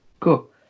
cool